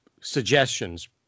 suggestions